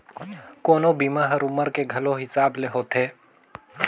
कोनो बीमा हर उमर के घलो हिसाब ले होथे